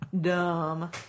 Dumb